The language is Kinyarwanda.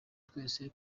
twese